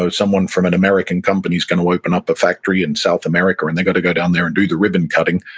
ah someone from an american company is going to open up a factory in south america and they've got to go down there and do the ribbon cutting,